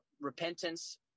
repentance